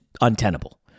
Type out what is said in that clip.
untenable